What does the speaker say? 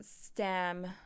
stem